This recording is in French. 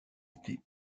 été